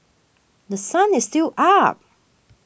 The Sun is still up